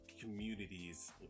communities